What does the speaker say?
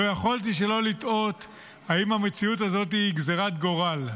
לא יכולתי שלא לתהות האם המציאות הזאת היא גזרת גורל.